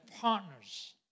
partners